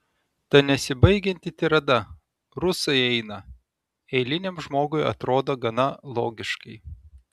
ta nesibaigianti tirada rusai eina eiliniam žmogui atrodo gana logiškai